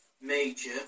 major